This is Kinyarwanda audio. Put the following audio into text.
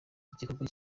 igikorwa